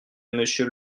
monsieur